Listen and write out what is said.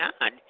God